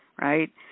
right